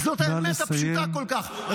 זאת האמת הפשוטה כל כך.